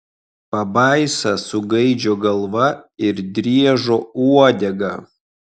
pabaisa su gaidžio galva ir driežo uodega